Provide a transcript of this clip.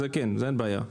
עם זה יש בעיה?